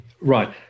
right